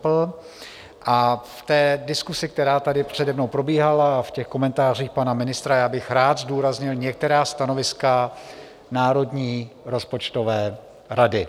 A v té diskusi, která tady přede mnou probíhala, a v těch komentářích pana ministra, já bych rád zdůraznil některá stanoviska Národní rozpočtové rady.